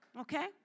Okay